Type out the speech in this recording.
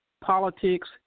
politics